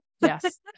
Yes